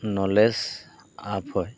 knowledge আপ হয়